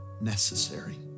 Necessary